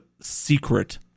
secret